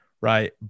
right